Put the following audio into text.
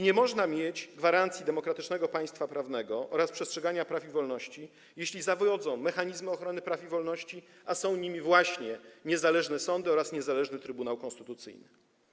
Nie można mieć gwarancji demokratycznego państwa prawnego oraz przestrzegania praw i wolności, jeśli zawodzą mechanizmy ochrony praw i wolności, a są nimi właśnie niezależne sądy oraz niezależny Trybunał Konstytucyjny.